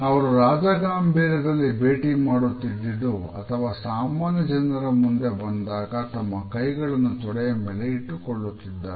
ಅವರು ರಾಜಗಾಂಭೀರ್ಯದಲ್ಲಿ ಭೇಟಿ ಮಾಡುತ್ತಿದ್ದು ಅಥವಾ ಸಾಮಾನ್ಯ ಜನರ ಮುಂದೆ ಬಂದಾಗ ತಮ್ಮ ಕೈಗಳನ್ನು ತೊಡೆಯ ಮೇಲೆ ಇಟ್ಟುಕೊಳ್ಳುತ್ತಿದ್ದರು